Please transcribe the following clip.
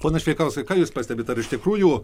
pone šveikauskai ką jus pastebit ar iš tikrųjų